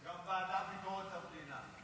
גם הוועדה לביקורת המדינה.